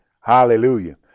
hallelujah